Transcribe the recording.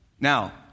Now